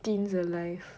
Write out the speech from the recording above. Teens aLIVE